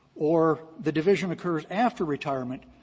or the division occurs after retirement,